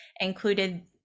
included